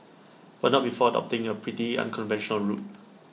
but not before adopting A pretty unconventional route